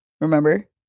Remember